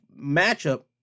matchup